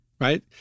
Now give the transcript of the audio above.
right